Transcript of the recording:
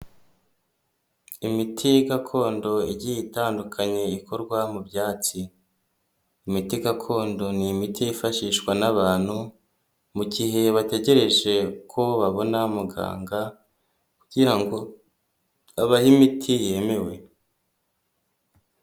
Imiti gakondo igiye itandukanye ikorwa mu byatsi. Imiti gakondo ni imiti yifashishwa n'abantu mu gihe bategereje ko babona muganga, kugira ngo abahe imiti yemewe.